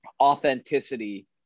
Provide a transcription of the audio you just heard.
authenticity